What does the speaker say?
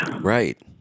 Right